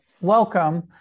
welcome